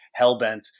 Hellbent